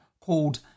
called